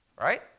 right